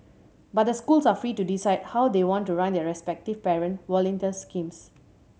but the schools are free to decide how they want to run their respective parent volunteer schemes